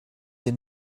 wir